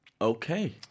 Okay